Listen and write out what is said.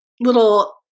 little